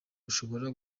ushobora